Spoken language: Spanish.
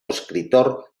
escritor